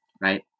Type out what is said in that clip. right